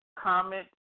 comment